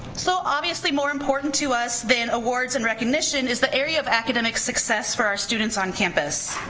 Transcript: so obviously more important to us than awards and recognition is the area of academic success for our students on campus.